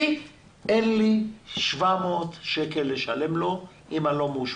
כי אין לי 700 שקל לשלם לו אם אני לא מאושפז.